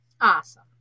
Awesome